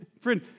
friend